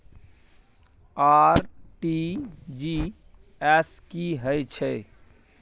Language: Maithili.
आर.टी.जी एस की है छै?